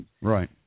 Right